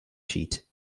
sheet